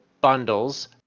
bundles